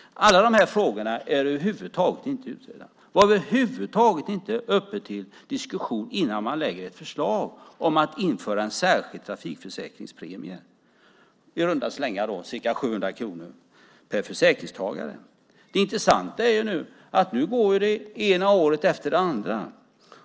Alla de här frågorna är över huvud taget inte utredda. De är inte uppe till diskussion innan man lägger fram ett förslag om att införa en särskild trafikförsäkringspremie. Det handlar i runda slängar om ca 700 kronor per försäkringstagare. Nu går det ena året efter det andra.